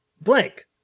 Blank